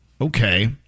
Okay